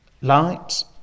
Light